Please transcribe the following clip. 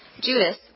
Judas